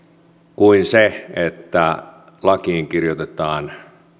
kuin se että lakiin kirjoitetaan